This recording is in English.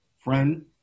friend